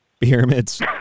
Pyramids